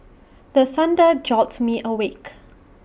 the thunder jolt me awake